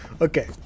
Okay